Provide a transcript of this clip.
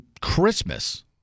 Christmas